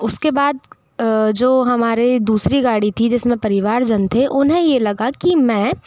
उसके बाद जो हमारे दूसरी गाड़ी थी जिसमें परिवारजन थे उन्हें यह लगा कि मैं